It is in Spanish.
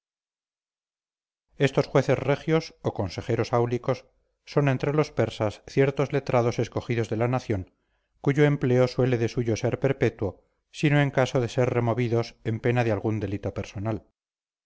estos jueces regios o consejeros áulicos son entre los persas ciertos letrados escogidos de la nación cuyo empleo suele de suyo ser perpetuo sino en caso de ser removidos en pena de algún delito personal